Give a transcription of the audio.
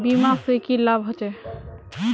बीमा से की लाभ होचे?